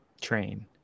train